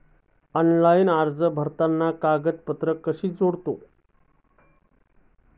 Online अर्ज भरताना कागदपत्रे कशी जोडावीत?